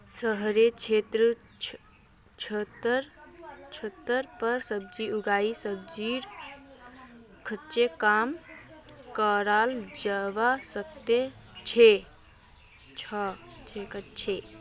शहरेर क्षेत्रत छतेर पर सब्जी उगई सब्जीर खर्च कम कराल जबा सके छै